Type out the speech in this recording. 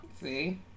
see